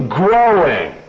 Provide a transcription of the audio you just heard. growing